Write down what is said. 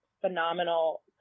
phenomenal